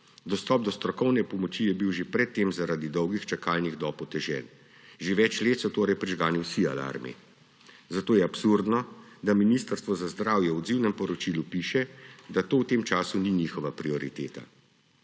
Dostop do strokovne pomoči je bil že pred tem zaradi dolgih čakalnih dob otežen. Že več let so torej prižgani vsi alarmi, zato je absurdno, da Ministrstvo za zdravje v odzivnem poročilu piše, da to v tem času ni njihova prioriteta.